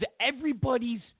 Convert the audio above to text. everybody's